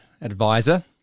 advisor